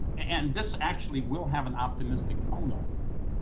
and this actually will have an optimistic tone, ultimately,